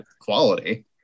quality